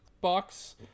box